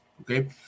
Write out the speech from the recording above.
okay